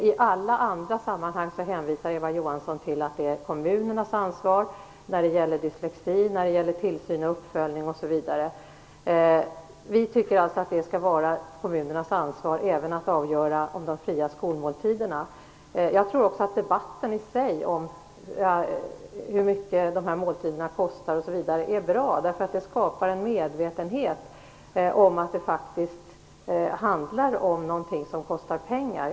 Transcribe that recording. I alla andra sammanhang hänvisar Eva Johansson till att det är kommunernas ansvar - dyslexi, tillsyn och uppföljning, osv. Vi anser att det skall vara kommunernas ansvar också att avgöra om skolmåltiderna skall vara fria. Jag tror också att debatten i sig om hur mycket dessa måltider kostar osv. är bra, eftersom det skapar en medvetenhet om att det faktiskt handlar om något som kostar pengar.